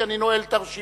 כי אני נועל את הרשימה.